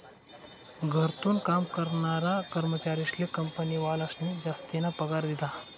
घरथून काम करनारा कर्मचारीस्ले कंपनीवालास्नी जासतीना पगार दिधा